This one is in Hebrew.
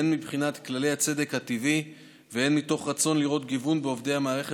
הן מבחינת כללי הצדק הטבעי והן מתוך רצון לראות גיוון בעובדי המערכת,